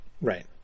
right